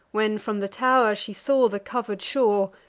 when, from the tow'r, she saw the cover'd shore,